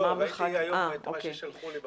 לא, ראיתי את מה ששלחו לי בבוקר.